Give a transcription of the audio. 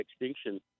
extinction